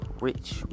rich